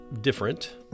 different